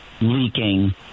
leaking